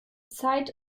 zeit